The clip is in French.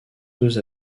deux